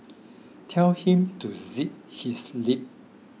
tell him to zip his lip